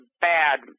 bad –